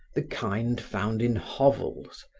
the kind found in hovels,